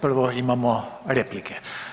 Prvo imamo replike.